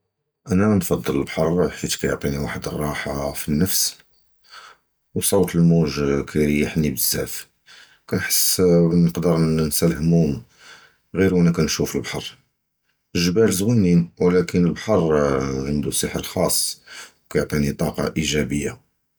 אָנָא נַפַּצֵל הַבַּחַר בְחִית קִיְעַטִי חַד הַרַחָה פַלְנַפְס, וְסוֹט הַמּוֹג קִיְרִיחְנִי בְזַאפ קַנְחַס וֵין נַקְדַר נִנְסַא הַהֻמוּם גִיר וֵין קִנְשּוּף הַבַּחַר, הַגְּבָאל זְווִינִין וּלַקִין הַבַּחַר עַנְדו סִיחְר חַאס קִיְעַטִי טַאקַה אִיגְ'אַבִיָּה.